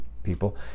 people